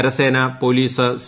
കരസേന police C